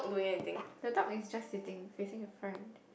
the dog is just sitting facing the front